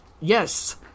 Yes